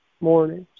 mornings